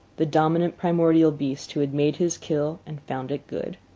the dominant primordial beast who had made his kill and found it good.